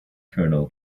kernel